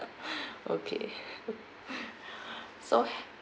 okay so